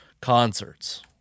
concerts